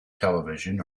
television